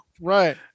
right